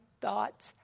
thoughts